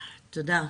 תודה.